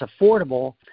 affordable